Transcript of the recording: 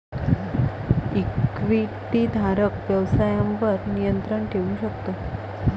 इक्विटीधारक व्यवसायावर नियंत्रण ठेवू शकतो